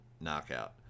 knockout